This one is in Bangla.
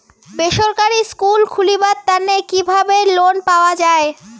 বেসরকারি স্কুল খুলিবার তানে কিভাবে লোন পাওয়া যায়?